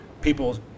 people